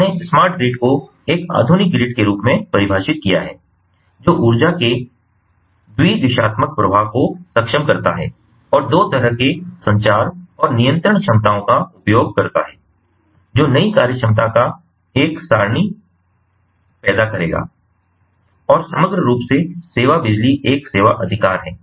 उन्होंने smart grid को एक आधुनिक ग्रिड के रूप में परिभाषित किया है जो ऊर्जा के द्वि दिशात्मक प्रवाह को सक्षम करता है और दो तरह से संचार और नियंत्रण क्षमताओं का उपयोग करता है जो नई कार्यक्षमता का एक सरणी पैदा करेगा और समग्र रूप से सेवा बिजली एक सेवा अधिकार है